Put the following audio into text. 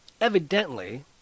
evidently